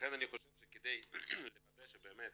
ולכן אני חושב שכדי לוודא שבאמת